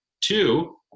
Two